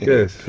Yes